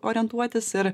orientuotis ir